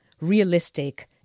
realistic